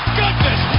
goodness